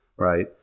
Right